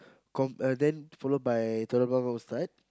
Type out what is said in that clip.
com~ uh then followed by Telok-Blangah Ustad